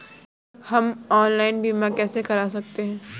हम ऑनलाइन बीमा कैसे कर सकते हैं?